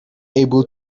able